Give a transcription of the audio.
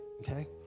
okay